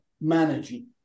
managing